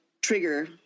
trigger